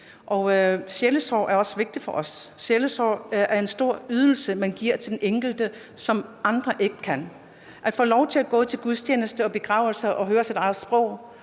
Sjælesorg er også vigtigt for os. Sjælesorg er en stor ydelse, man giver til den enkelte – en ydelse, som andre ikke kan give. At få lov til at gå til gudstjeneste og begravelse og høre sit eget sprog,